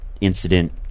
incident